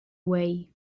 way